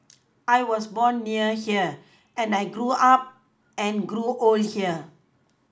I was born near here and I grew up and grew old here